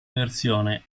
versione